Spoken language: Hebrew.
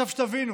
שתבינו,